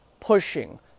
pushing